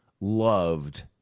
loved